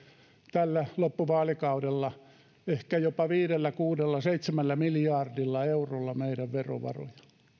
tällä loppuvaalikaudella ehkä jopa viidellä kuudella seitsemällä miljardilla eurolla meidän verovaroja